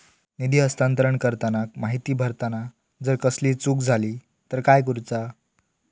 निधी हस्तांतरण करताना माहिती भरताना जर कसलीय चूक जाली तर काय करूचा?